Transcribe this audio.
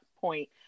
point